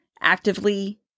actively